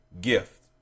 gift